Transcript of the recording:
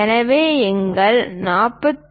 எனவே எங்கள் 45